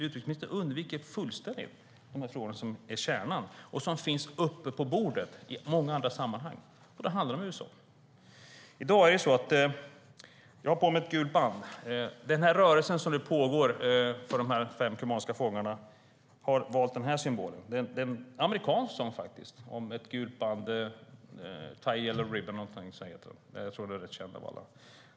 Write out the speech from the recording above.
Utrikesministern undviker fullständigt de frågor som är kärnan och som finns uppe på bordet i många andra sammanhang och som handlar om USA. I dag har jag ett gult band på mig. Den rörelse som nu pågår för de fem kubanska fångarna har valt denna symbol. Det är en amerikansk symbol. Tie a Yellow Ribbon Round the Ole Oak Tree är den mest kända sången av alla.